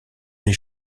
les